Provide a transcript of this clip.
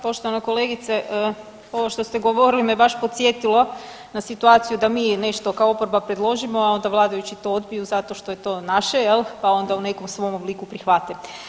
Poštovana kolegice, ovo što ste govorili me baš podsjetilo na situaciju da mi nešto kao oporba predložimo, a onda vladajući to odbiju zato što je to naše jel, pa onda u nekom svom obliku prihvate.